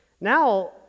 Now